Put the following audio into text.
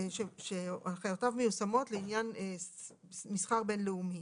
אבל שהנחיותיו מיושמות אולי באופן בין-לאומי.